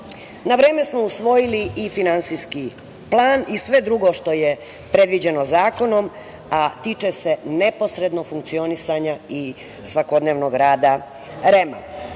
Na vreme smo usvojili i finansijski plan i sve drugo što je predviđeno zakonom, a tiče se neposrednog funkcionisanja i svakodnevnog rada REM-a,